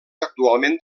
actualment